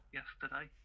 yesterday